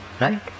Right